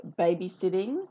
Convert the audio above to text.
babysitting